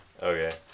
Okay